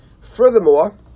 furthermore